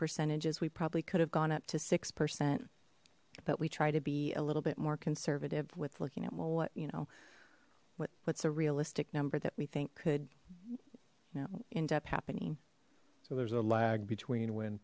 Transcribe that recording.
percentages we probably could have gone up to six percent but we try to be a little bit more conservative with looking at well what you know what's a realistic number that we think could end up happening so there's a lag between when